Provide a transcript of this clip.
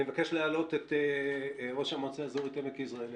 אני מבקש להעלות את ראש המועצה האזורית עמק יזרעאל,